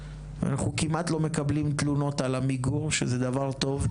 אנחנו כמעט לא מקבלים תלונות על עמיגור שזה דבר טוב,